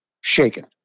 shaken